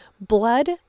Blood